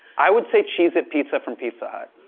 i would say cheez-it pizza from pizza hut.